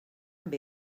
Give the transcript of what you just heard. amb